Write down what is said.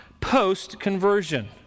post-conversion